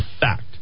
fact